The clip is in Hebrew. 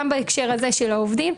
גם בהקשר העובדים,